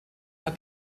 hat